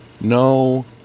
No